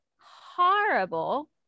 horrible